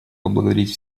поблагодарить